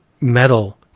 Metal